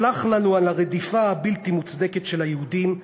סלח לנו על הרדיפה הבלתי-מוצדקת של היהודים,